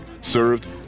served